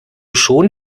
schon